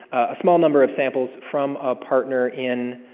a small number of samples from a partner in,